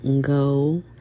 go